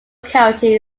county